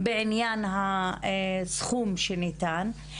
בעניין הסכום שניתן?